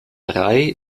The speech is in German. drei